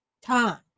time